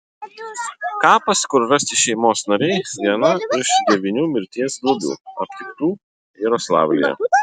kapas kur rasti šeimos nariai viena iš devynių mirties duobių aptiktų jaroslavlyje